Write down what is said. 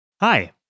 Hi